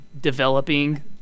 developing